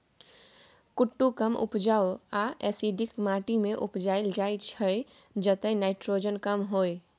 कुट्टू कम उपजाऊ आ एसिडिक माटि मे उपजाएल जाइ छै जतय नाइट्रोजन कम होइ